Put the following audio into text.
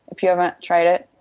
if you haven't tried it.